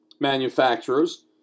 manufacturers